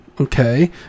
okay